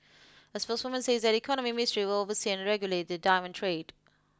a spokeswoman says that the Economy Ministry will oversee and regulate the diamond trade